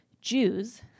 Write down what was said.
Jews